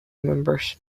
members